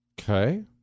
Okay